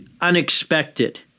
unexpected